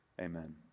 Amen